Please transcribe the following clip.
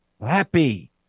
happy